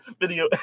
video